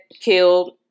killed